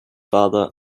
father